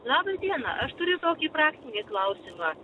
laba diena aš turiu tokį praktinį klausimą